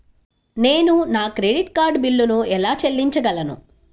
నేను నా credit card బిల్లును ఎలా చెల్లించగలను?